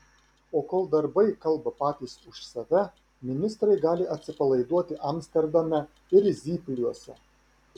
o kol darbai kalba patys už save ministrai gali atsipalaiduoti amsterdame ir zypliuose